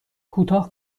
کوتاه